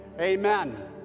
amen